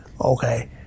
okay